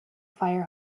fire